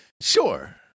Sure